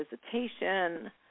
visitation